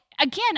again